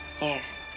Yes